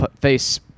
face